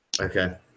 Okay